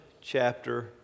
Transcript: chapter